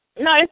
No